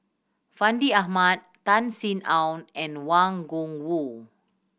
Fandi Ahmad Tan Sin Aun and Wang Gungwu